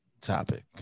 topic